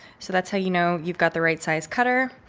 so that's how you know, you've got the right size cutter.